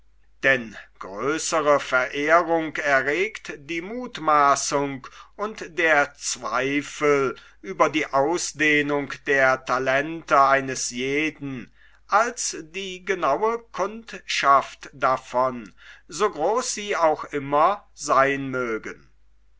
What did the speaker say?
denn größre verehrung erregt die muthmaaßung und der zweifel über die ausdehnung der talente eines jeden als die genaue kundschaft davon so groß sie auch immer seyn mögen